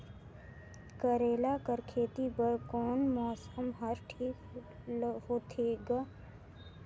करेला कर खेती बर कोन मौसम हर ठीक होथे ग?